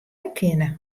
kinne